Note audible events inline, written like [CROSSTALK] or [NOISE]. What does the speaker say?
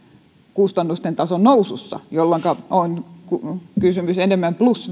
kustannustason nousussa jolloinka on kysymys enemmän plus [UNINTELLIGIBLE]